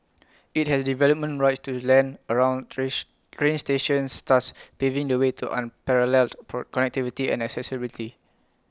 IT has development rights to land around trains train stations thus paving the way to unparalleled connectivity and accessibility